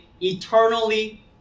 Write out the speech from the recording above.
eternally